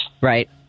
Right